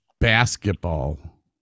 basketball